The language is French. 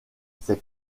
ses